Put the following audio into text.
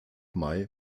mai